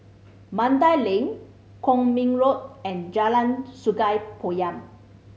Mandai Link Kwong Min Road and Jalan Sungei Poyan